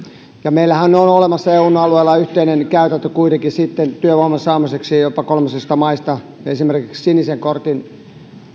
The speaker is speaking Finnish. meillähän on olemassa eun alueella yhteinen käytäntö kuitenkin työvoiman saamiseksi jopa kolmansista maista esimerkiksi sinisen kortin